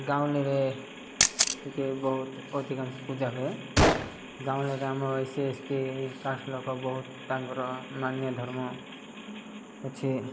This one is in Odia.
ଗାଉଁଲିରେ ଟିକେ ବହୁତ ଅଧିକାଂଶ ପୂଜା ହୁଏ ଗାଉଁଲିରେ ଆମ ଏସି ଏସଟି କାଷ୍ଟ ଲୋକ ବହୁତ ତାଙ୍କର ମାନ୍ୟ ଧର୍ମ ଅଛି